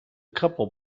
couple